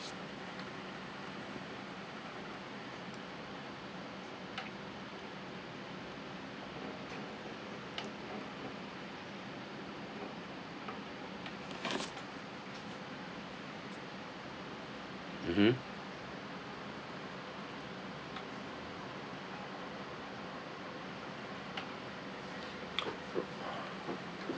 mmhmm